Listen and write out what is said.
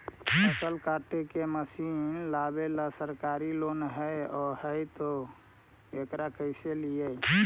फसल काटे के मशीन लेबेला सरकारी लोन हई और हई त एकरा कैसे लियै?